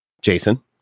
Jason